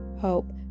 hope